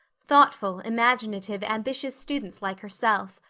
thoughtful, imaginative, ambitious students like herself.